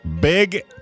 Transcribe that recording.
big